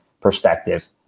perspective